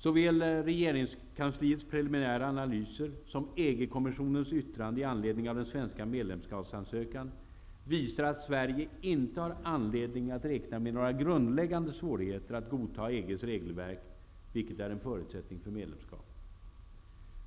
Såväl regeringskansliets preliminära analyser som EG-kommissionens yttrande i anledning av den svenska medlemskapsansökan visar att Sverige inte har anledning att räkna med några grundläggande svårigheter att godta EG:s regelverk, vilket är en förutsättning för medlemskap.